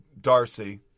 Darcy